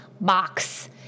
box